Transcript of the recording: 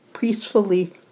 peacefully